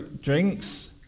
drinks